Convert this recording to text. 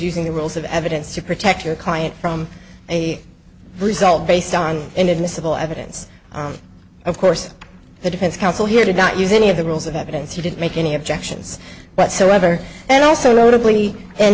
using the rules of evidence to protect your client from a result based on inadmissible evidence of course the defense counsel here did not use any of the rules of evidence he didn't make any objections whatsoever and also notably and